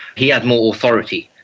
he had more authority.